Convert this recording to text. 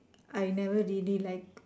I never really like